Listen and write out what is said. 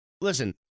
listen